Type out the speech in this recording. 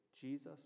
Jesus